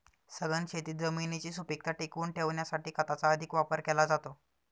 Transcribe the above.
सघन शेतीत जमिनीची सुपीकता टिकवून ठेवण्यासाठी खताचा अधिक वापर केला जातो